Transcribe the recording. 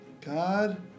God